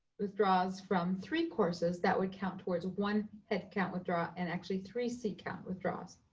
withdraws from three courses, that would count towards one headcount withdraw and actually three seat count withdraws.